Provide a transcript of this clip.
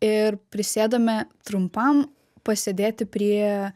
ir prisėdome trumpam pasėdėti prie